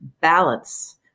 balance